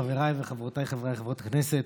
חבריי וחברותיי חברי וחברות הכנסת,